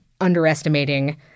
underestimating